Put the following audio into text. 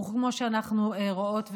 כמו שאנחנו רואות ורואים,